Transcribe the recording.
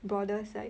broader side